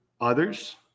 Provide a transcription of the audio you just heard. others